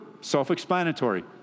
self-explanatory